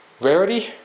Rarity